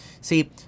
See